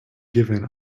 given